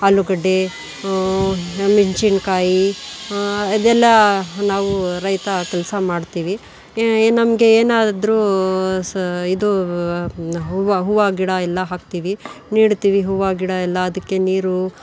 ಆಲೂಗಡ್ಡೆ ಮೆಣ್ಸಿನ್ಕಾಯಿ ಅದೆಲ್ಲ ನಾವು ರೈತ ಕೆಲಸ ಮಾಡ್ತೀವಿ ಏ ನಮಗೆ ಏನಾದ್ರೂ ಸ ಇದು ಹೂವು ಹೂವು ಗಿಡ ಎಲ್ಲ ಹಾಕ್ತೀವಿ ನೆಡ್ತೀವಿ ಹೂವು ಗಿಡ ಎಲ್ಲ ಅದಕ್ಕೆ ನೀರು